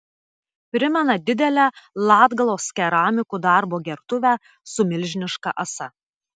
primena didelę latgalos keramikų darbo gertuvę su milžiniška ąsa